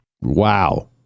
Wow